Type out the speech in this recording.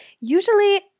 usually